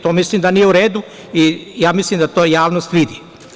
To mislim da nije u redu i mislim da to javnost vidi.